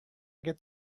get